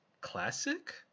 classic